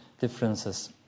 differences